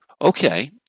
Okay